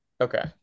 Okay